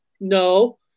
no